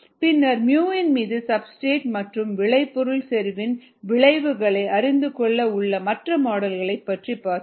பின்னர் µ இன் மீது சப்ஸ்டிரேட் மற்றும் விளைபொருள் செறிவின் விளைவுகளை அறிந்துகொள்ள உள்ள மற்ற மாடல்கள் பற்றி பார்த்தோம்